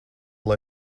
lai